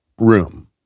room